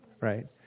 right